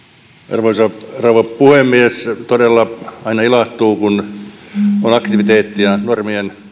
arvoisa rouva puhemies todella aina ilahtuu kun on aktiviteettia normien